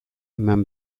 eman